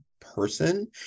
person